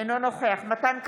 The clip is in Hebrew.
אינו נוכח מתן כהנא,